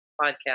podcast